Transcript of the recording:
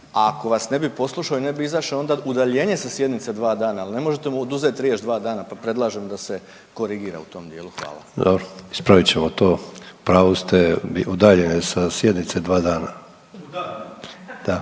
ako vas ne bi poslušao i ne bi izašao onda udaljenje sa sjednice dva dana. Ali ne možete mu oduzeti riječ dva dana, pa predlažem da se korigira u tom dijelu. Hvala. **Sanader, Ante (HDZ)** Dobro. Ispravit ćemo to. U pravu ste. Udaljen je sa sjednice 2 dana. Da. Sljedeća